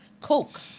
Coke